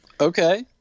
Okay